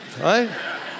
right